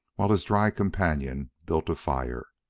while his dry companion built a fire.